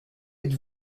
êtes